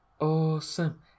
Awesome